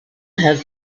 had